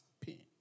pain